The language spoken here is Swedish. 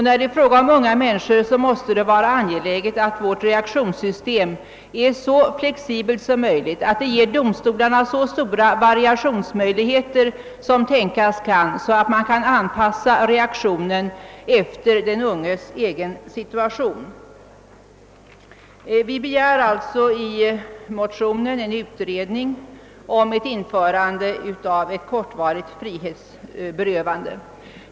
När det gäller unga människor måste det vara angeläget att vårt reaktionssystem är så flexibelt som möjligt, att det ger domstolarna så stora variationsmöjligheter som tänkas kan, så att reaktionen kan anpassas efter den unges egen situation. Vi begär i motionen en utredning om införande av ett kortvarigt frihetsberövande.